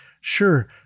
Sure